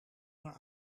naar